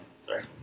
sorry